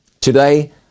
today